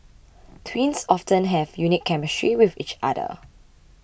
twins often have a unique chemistry with each other